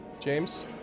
James